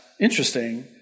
interesting